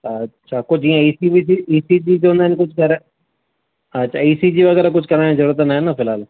अछा कुझु ईअं E C V C E C G जो न कुझु करणु हा त ई सी जी वग़ैरह कुझु कराइण जी ज़रूरत न आहे फ़िलहाल